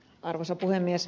arvoisa puhemies